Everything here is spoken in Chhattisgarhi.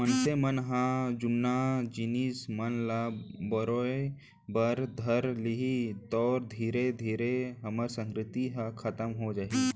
मनसे मन ह जुन्ना जिनिस मन ल बरोय बर धर लिही तौ धीरे धीरे हमर संस्कृति ह खतम हो जाही